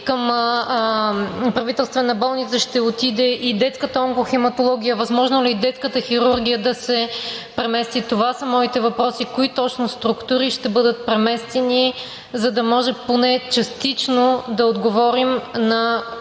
към Правителствена болница ще отиде и детската онкохематология, възможно ли е и детската хирургия да се премести? Това са моите въпроси: кои точно структури ще бъдат преместени, за да може поне частично да отговорим на